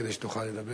כדי שתוכל לדבר.